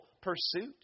pursuit